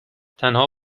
تنها